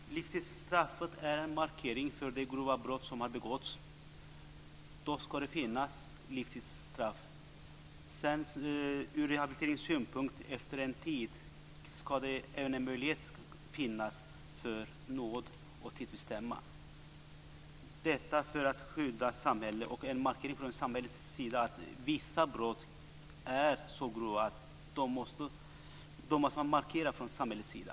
Fru talman! Livstidsstraffet är en markering av det grova brott som har begåtts. Då ska det finnas livstidsstraff. Sedan ska det efter en tid från rehabiliteringssynpunkt finnas en möjlighet för nåd och tidsbestämmande av straffet, detta för att skydda samhället och för att från samhällets sida markera att vissa brott är så grova.